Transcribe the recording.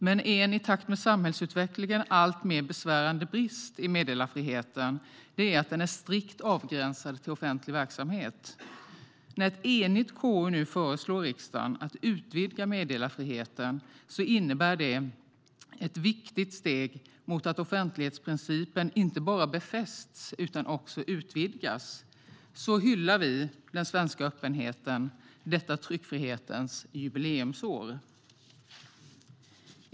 Men en i takt med samhällsutvecklingen alltmer besvärande brist i meddelarfriheten är att den är strikt avgränsad till offentlig verksamhet. När ett enigt KU nu föreslår riksdagen att utvidga meddelarfriheten innebär det ett viktigt steg mot att offentlighetsprincipen inte bara befästs utan också utvidgas. Så hyllar vi den svenska öppenheten detta tryckfrihetens jubileumsår.